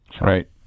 Right